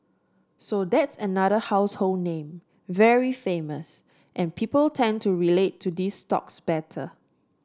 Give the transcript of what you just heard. so that's another household name very famous and people tend to relate to these stocks better